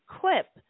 clip